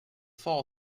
fall